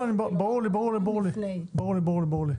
ברור לי, ברור לי.